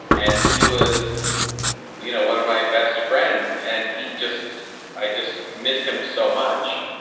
and he was you know one of my best friends. and he just i just miss him so much.